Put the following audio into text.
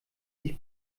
sich